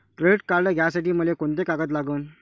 Credit card घ्यासाठी मले कोंते कागद लागन?